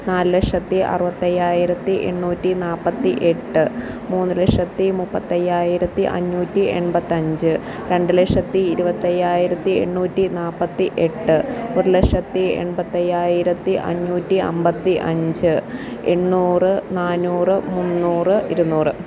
നാല് ലക്ഷത്തി അറുപത്തയ്യായിരത്തി എണ്ണൂറ്റി നാൽപ്പത്തി എട്ട് മൂന്ന് ലക്ഷത്തി മുപ്പത്തയ്യായിരത്തി അഞ്ഞൂറ്റി എൺപത്തഞ്ച് രണ്ട് ലക്ഷത്തി ഇരുപത്തയ്യായിരത്തി എണ്ണൂറ്റി നാൽപ്പത്തി എട്ട് ഒരു ലക്ഷത്തി എൺപത്തയ്യായിരത്തി അഞ്ഞൂറ്റി അമ്പത്തി അഞ്ച് എണ്ണൂറ് നാനൂറ് മുന്നൂറ് ഇരുനൂറ്